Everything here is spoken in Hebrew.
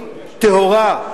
טהורה,